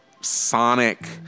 sonic